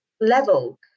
level